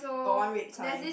got one red sign